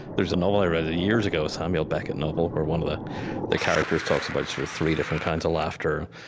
there's a novel i read years ago, a samuel beckett novel, where one of the the characters talks about sort of three different kinds of laughter.